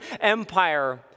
Empire